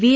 V